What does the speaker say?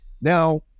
Now